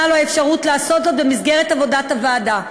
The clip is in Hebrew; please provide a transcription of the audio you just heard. לו אפשרות לעשות זאת במסגרת עבודת הוועדה.